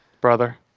Brother